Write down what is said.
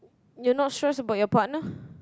you're not stress about your partner